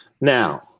Now